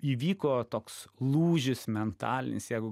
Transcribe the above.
įvyko toks lūžis mentalinis jeigu